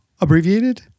abbreviated